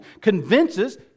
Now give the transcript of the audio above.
convinces